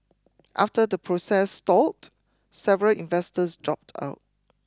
after the process stalled several investors dropped out